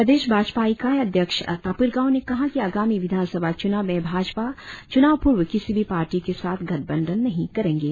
प्रदेश भाजपा इकाई अध्यक्ष तापिर गाव ने कहा कि आगामी विधानसभा चूनाव में भाजपा चुनाव पुर्व किसी भी पार्टी के साथ गठबंधन नही करेंगे